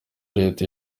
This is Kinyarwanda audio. leta